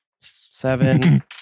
Seven